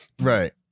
right